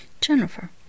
Jennifer